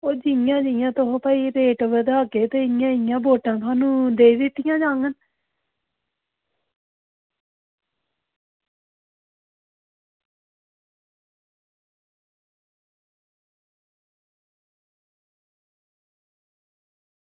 ओह् जियां जियां तुस रेट बधागै उआं उआं तुसेंगी बोटां दित्तियां जाङन